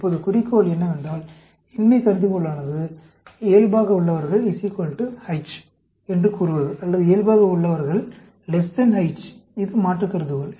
இப்போது குறிக்கோள் என்னவென்றால் இன்மை கருதுகோளானது இயல்பாக உள்ளவர்கள் H control H என்று கூறுவது அல்லது இயல்பாக உள்ளவர்கள் H control H இது மாற்று கருதுகோள்